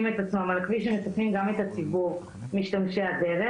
את עצמם על הכביש הם מסכנים גם את הציבור משתמשי הדרך.